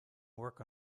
work